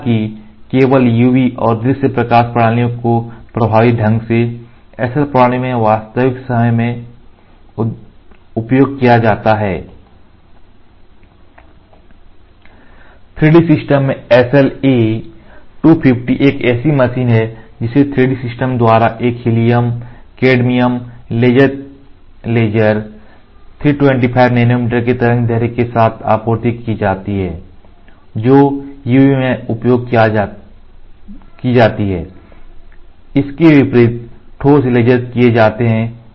हालांकि केवल UV और दृश्य प्रकाश प्रणालियों को प्रभावी ढंग से SL प्रणाली में वास्तविक समय में उपयोग किया जाता है 3D सिस्टम से SLA 250 एक ऐसी मशीन है जिसे 3D सिस्टम द्वारा एक हीलियम कैडमियम लेजर 325 नैनोमीटर के तरंग दैर्ध्य के साथ आपूर्ति की जाती है जो UV में उपयोग की जाती है